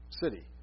city